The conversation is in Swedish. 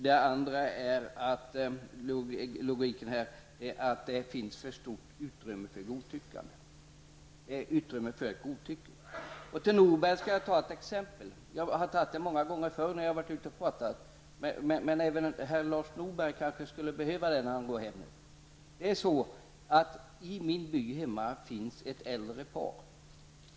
Dessutom anser jag att detta ger för stort utrymme för godtycke. Jag skall ge Lars Norberg ett exempel, som jag har berättat om många gånger tidigare när jag har varit ute och talat, men även Lars Norberg kan behöva höra detta. I min hemby fanns ett äldre par.